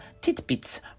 tidbits